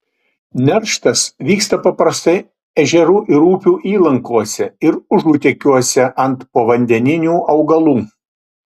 nerštas vyksta paprastai ežerų ar upių įlankose ir užutekiuose ant povandeninių augalų